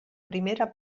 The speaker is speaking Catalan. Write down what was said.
primera